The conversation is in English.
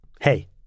Hey